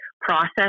process